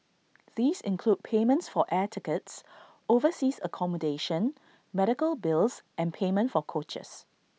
these include payments for air tickets overseas accommodation medical bills and payment for coaches